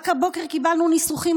רק הבוקר קיבלנו ניסוחים,